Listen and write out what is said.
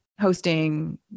hosting